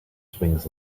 swings